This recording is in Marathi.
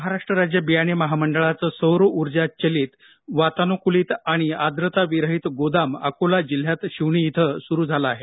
महाराष्ट्र राज्य बियाणे महामंडळाचं सौर ऊर्जा चलीत वातानुकूलित आणि आद्रता विरहित गोदाम अकोला जिल्ह्यात शिवणी इथे सुरू झालं आहे